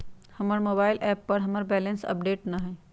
हमर mobile app पर हमर बैलेंस अपडेट न हई